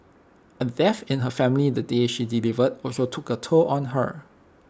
A death in her family the day she delivered also took A toll on her